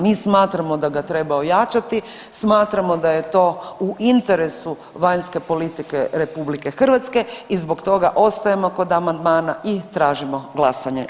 Mi smatramo da ga treba ojačati, smatramo da je to u interesu vanjske politike RH i zbog toga ostajemo kod amandmana i tražimo glasanje.